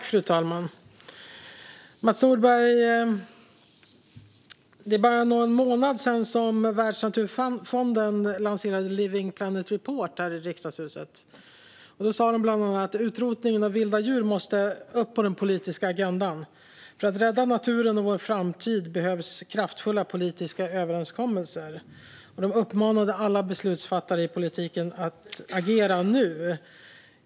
Fru talman! Mats Nordberg, det är bara någon månad sedan Världsnaturfonden lade fram sin Living Planet Report här i riksdagshuset. Man sa då bland annat att utrotningen av vilda djur måste upp på den politiska agendan. För att rädda naturen och vår framtid behövs kraftfulla politiska överenskommelser. Man uppmanade alla beslutsfattare i politiken att agera nu.